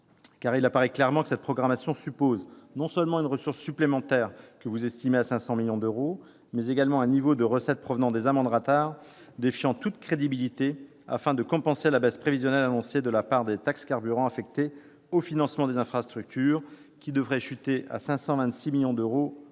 il apparaît clairement que cette programmation suppose, non seulement une ressource complémentaire, que vous estimez à 500 millions d'euros, mais également un niveau de recettes provenant des amendes radars défiant toute crédibilité, afin de compenser la baisse prévisionnelle annoncée de la part des taxes sur les carburants affectée au financement des infrastructures, qui devrait chuter de 1,1 milliard d'euros,